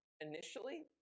initially